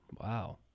Wow